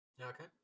Okay